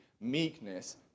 meekness